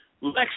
Lex